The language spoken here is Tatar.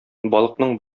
балыкның